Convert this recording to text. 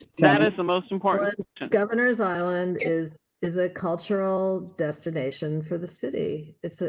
that is the most important governor's island is, is a cultural destination for the city. it's a,